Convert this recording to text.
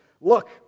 look